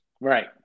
Right